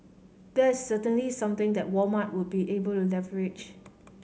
that is certainly something that Walmart would be able to leverage